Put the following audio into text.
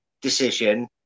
decision